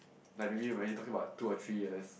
like maybe when you talking about two or three years